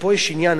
שפה יש עניין,